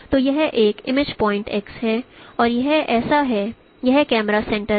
तो यह एक इमेज पॉइंट् x है और यह ऐसा है यह मेरा कैमरा सेंटर है